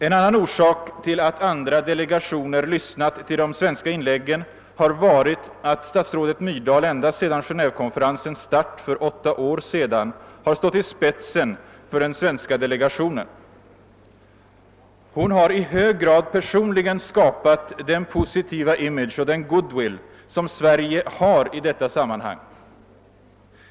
En annan orsak till att andra delegationer lyssnat till de svenska inläggen är att statsrådet fru Myrdal ända sedan Genévekonferensens start för åtta år sedan har stått i spetsen för den svenska delegationen. Hon har i hög grad personligen skapat den positiva image och den goodwill som Sverige har i detta sammanhang.